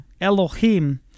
Elohim